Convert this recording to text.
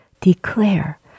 declare